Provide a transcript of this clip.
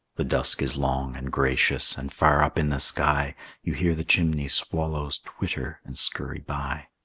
the dusk is long and gracious, and far up in the sky you hear the chimney-swallows twitter and scurry by.